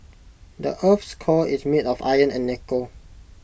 the Earth's core is made of iron and nickel